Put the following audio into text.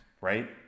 right